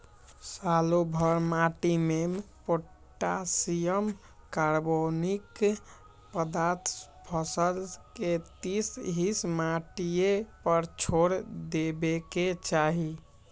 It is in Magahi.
सालोभर माटिमें पोटासियम, कार्बोनिक पदार्थ फसल के तीस हिस माटिए पर छोर देबेके चाही